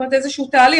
זאת אומרת איזשהו תהליך.